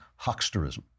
hucksterism